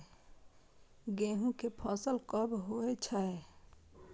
गेहूं के फसल कब होय छै?